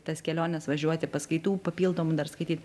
tas keliones važiuoti paskaitų papildomų dar skaityt